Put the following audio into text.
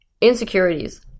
insecurities